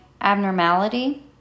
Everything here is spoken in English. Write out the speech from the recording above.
abnormality